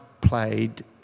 played